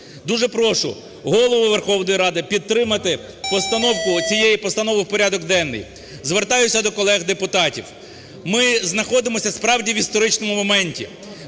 Дуже прошу Голову Верховної Ради підтримати постанову, цієї постанови в порядок денний. Звертаюся до колег депутатів, ми знаходимося справді в історичному моменті,